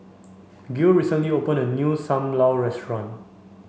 Gil recently opened a new Sam Lau Restaurant